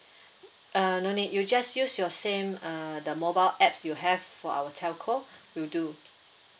uh no need you just use your same uh the mobile apps you have for our telco will do